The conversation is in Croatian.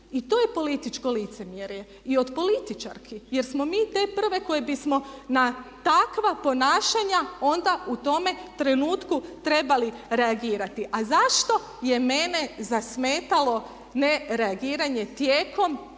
I to je političko licemjerje i od političarki. Jer smo mi te prve koje bismo na takva ponašanja onda u tome trenutku trebali reagirati. A zašto je mene zasmetalo ne reagiranje tijekom,